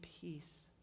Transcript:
peace